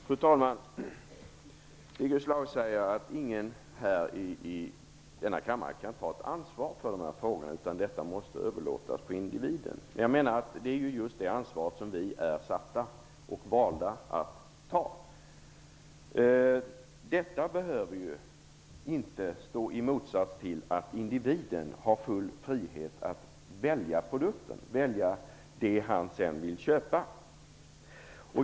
Fru talman! Birger Schlaug säger att ingen i denna kammare kan ta ansvar för dessa frågor, utan att det måste överlåtas på individen. Jag menar att det är just det ansvaret som vi är satta och valda att ta. Detta behöver inte stå i motsats till att individen har full frihet att välja produkter - att välja det han sedan vill köpa.